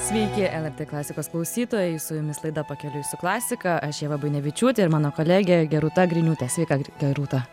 sveiki lrt klasikos klausytojai su jumis laida pakeliui su klasika aš ieva buinevičiūtė ir mano kolegė rūta griniūtė sveika ge rūta